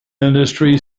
industry